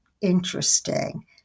interesting